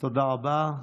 תודה רבה.